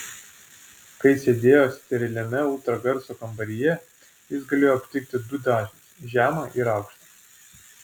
kai sėdėjo steriliame ultragarso kambaryje jis galėjo aptikti du dažnius žemą ir aukštą